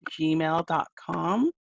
gmail.com